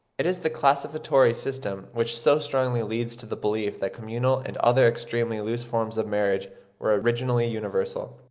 it is the classificatory system which so strongly leads to the belief that communal and other extremely loose forms of marriage were originally universal.